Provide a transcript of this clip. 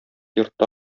йортта